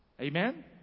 Amen